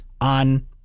on